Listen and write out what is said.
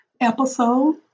episode